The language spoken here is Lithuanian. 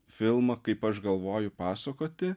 filmą kaip aš galvoju pasakoti